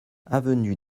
avenue